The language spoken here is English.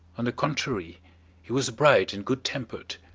on the contrary he was bright and good-tempered.